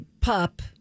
pup